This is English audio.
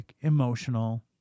emotional